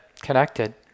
connected